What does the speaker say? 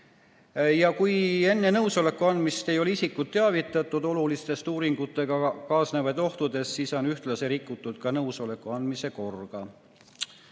Ja kui enne nõusoleku andmist ei ole isikut teavitatud olulistest uuringutega kaasnevatest ohtudest, siis on ühtlase rikutud nõusoleku andmise korda.